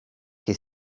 che